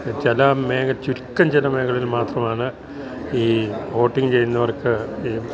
ചില ചുരുക്കം ചില മേഘലകളിൽ മാത്രമാണ് ഈ വോട്ടിങ് ചെയ്യ്ന്നവർക്ക് ഈ